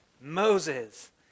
Moses